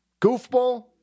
goofball